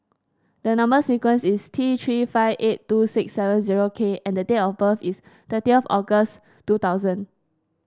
the number sequence is T Three five eight two six seven zero K and the date of birth is thirtieth August two thousand